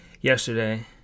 yesterday